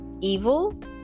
evil